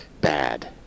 bad